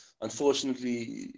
unfortunately